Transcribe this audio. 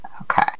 Okay